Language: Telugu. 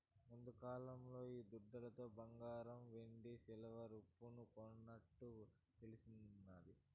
ముందుకాలంలో ఈ దుడ్లతో బంగారం వెండి సిల్వర్ ఉప్పును కొన్నట్టు తెలుస్తాది